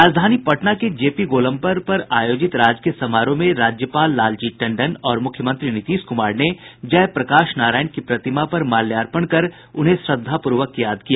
राजधानी पटना के जेपी गोलम्बर पर आयोजित राजकीय समारोह में राज्यपाल लालजी टंडन और मुख्यमंत्री नीतीश कुमार ने जय प्रकाश नारायण की प्रतिमा पर माल्यार्पण कर उन्हें श्रद्वापूर्वक याद किया